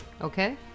okay